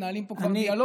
מנהלים כבר דיאלוג,